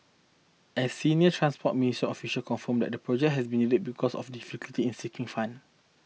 a senior Transport Ministry official confirmed the project has been delayed because of a difficulty in seeking fund